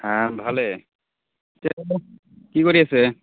হাঁ ভালেই কি কৰি আছে